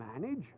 manage